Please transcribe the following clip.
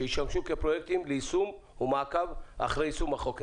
שישמשו כפרויקטורים ליישום ולמעקב אחרי יישום החוק הזה.